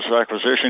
Acquisition